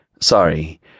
Sorry